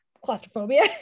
claustrophobia